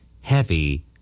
Heavy